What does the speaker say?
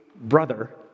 brother